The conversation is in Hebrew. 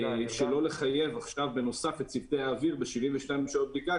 שלא לחייב עכשיו בנוסף את צוותי האוויר ב-72 שעות בדיקה,